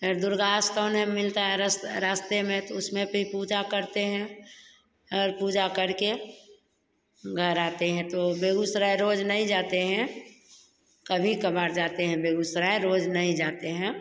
फिर दुर्गा अस्तान है मिलता है रास्ते में तो उसमें फिर पूजा करते हैं हर पूजा करके घर आते हैं तो बेगूसराय रोज नहीं जाते हैं कभी कभार जाते हैं बेगूसराय रोज़ नहीं जाते हैं